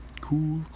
cool